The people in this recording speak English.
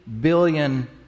billion